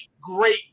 great